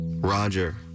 Roger